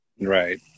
Right